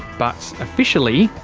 but officially,